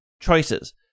choices